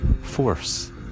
force